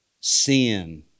sin